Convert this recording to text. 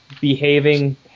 behaving